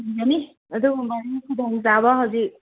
ꯌꯥꯅꯤ ꯑꯗꯨꯒꯨꯝꯕꯒꯤ ꯈꯨꯗꯣꯡꯆꯥꯕ ꯍꯧꯖꯤꯛ